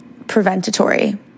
preventatory